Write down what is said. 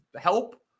help